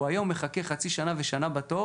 היום הוא מחכה חצי שנה ושנה בתור